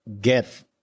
get